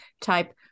type